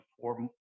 four